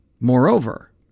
Moreover